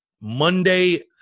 Monday